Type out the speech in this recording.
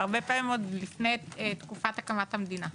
הרבה פעמים עוד לפני תקופת הקמת המדינה.